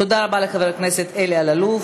תודה רבה לחבר הכנסת אלי אלאלוף.